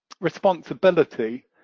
responsibility